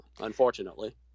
unfortunately